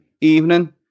evening